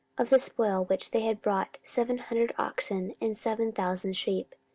of the spoil which they had brought, seven hundred oxen and seven thousand sheep.